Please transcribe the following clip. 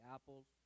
Apples